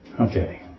Okay